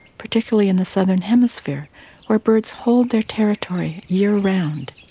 particularly in the southern hemisphere where birds hold their territory year-round.